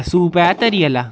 soup ऐ तरी आह्ला